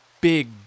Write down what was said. Big